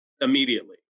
immediately